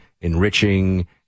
enriching